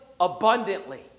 abundantly